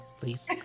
please